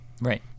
Right